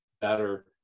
better